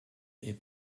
est